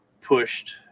pushed